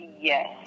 Yes